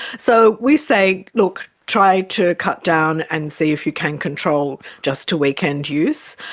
so we say, look, try to cut down and see if you can control just to weekend use.